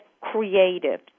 creative